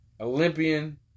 Olympian